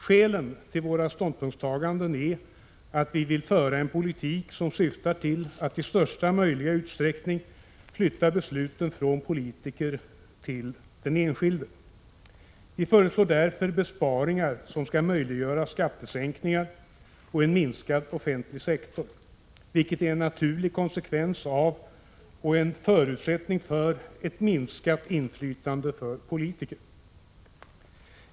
Skälen till våra ståndpunktstaganden är att vi vill föra en politik som syftar till att i största möjliga utsträckning flytta besluten från politiker till den enskilde. Vi föreslår därför besparingar som skall möjliggöra skattesänkningar och en minskad offentlig sektor, vilket är en naturlig konsekvens av och en förutsättning för ett minskat inflytande för politiker.